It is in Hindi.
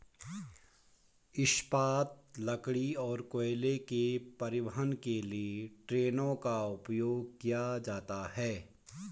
इस्पात, लकड़ी और कोयले के परिवहन के लिए ट्रेनों का उपयोग किया जाता है